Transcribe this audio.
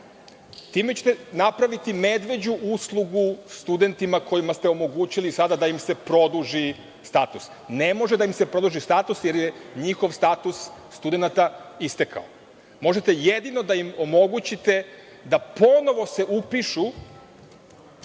Time ćete napraviti medveđu uslugu studentima kojima ste omogućili sada da im se produži status. Ne može da im se produži status, jer je njihov status studenata istekao. Možete jedino da im omogućite da se ponovo upišu